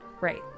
Right